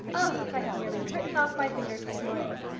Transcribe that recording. ah! i have nearly written off my fingers this morning.